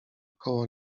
koło